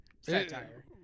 Satire